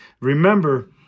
Remember